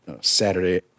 Saturday